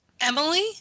Emily